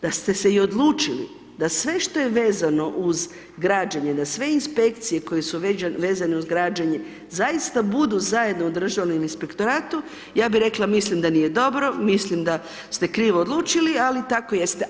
Da ste se i odlučili da sve što je vezano uz građenje, da sve inspekcije koje su vezane uz građenje zaista budu zajedno u Državnom inspektoratu ja bih rekla mislim da nije dobro, mislim da ste krivo odlučili ali tako jeste.